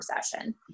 session